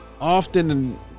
often